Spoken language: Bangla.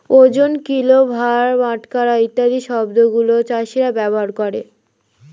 ওজন, কিলো, ভার, বাটখারা ইত্যাদি শব্দ গুলো চাষীরা ব্যবহার করে